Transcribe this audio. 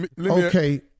Okay